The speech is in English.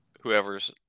whoever's